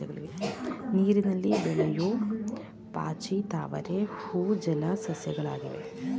ನೀರಿನಲ್ಲಿ ಬೆಳೆಯೂ ಪಾಚಿ, ತಾವರೆ ಹೂವು ಜಲ ಸಸ್ಯಗಳಾಗಿವೆ